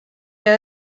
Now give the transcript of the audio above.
idea